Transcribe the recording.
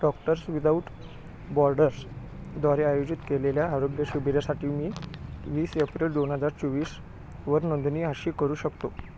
doctors Without Borders द्वारे आयोजित केलेल्या आरोग्य शिबिरासाठी मी वीस एप्रिल दोन हजार चोवीस वर नोंदणी अशी करू शकतो